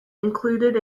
included